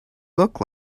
look